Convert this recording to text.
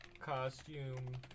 costume